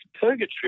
purgatory